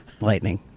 Lightning